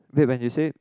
wait when you say